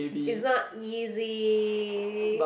is not easy